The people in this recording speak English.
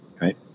Right